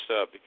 up